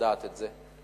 לדעת את זה,